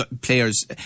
players